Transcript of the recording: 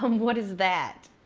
um what is that?